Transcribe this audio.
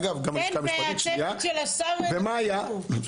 ומה היה?